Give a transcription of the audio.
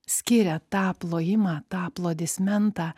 skiria tą plojimą tą aplodismentą